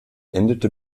endete